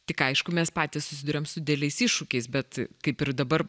tik aišku mes patys susiduriam su dideliais iššūkiais bet kaip ir dabar